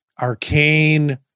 arcane